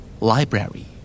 Library